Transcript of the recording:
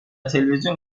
تلویزیون